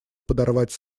подорвать